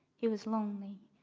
he was lonely,